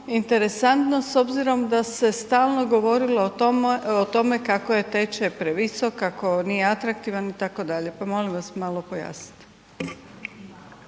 interesantno s obzirom da se stalno govorilo o tome kako je tečaj previsok, kako nije atraktivan itd., pa molim vas malo pojasnite.